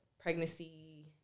pregnancy